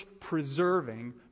preserving